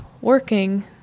working